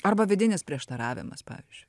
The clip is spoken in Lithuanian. arba vidinis prieštaravimas pavyzdžiui